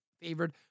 favored